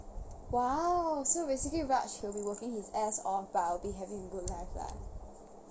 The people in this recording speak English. !wow! so basically raj he'll be working his ass off but I'll be having a good life lah